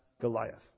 Goliath